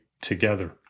together